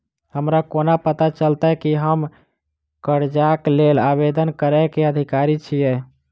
हमरा कोना पता चलतै की हम करजाक लेल आवेदन करै केँ अधिकारी छियै?